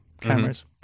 cameras